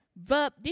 verb